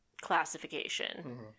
classification